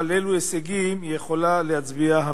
4. על אילו הישגים יכולה המשטרה להצביע?